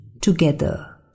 together